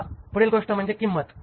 आता पुढील गोष्ट म्हणजे किंमत